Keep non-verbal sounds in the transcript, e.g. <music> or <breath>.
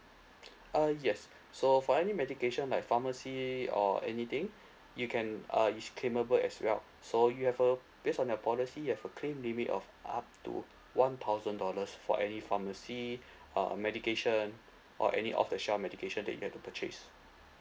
uh yes <breath> so for any medication like pharmacy or anything <breath> you can uh is claimable as well so you have a based on your policy you have a claim limit of up to one thousand dollars for any pharmacy <breath> uh medication or any of the shelf medication that you have to purchase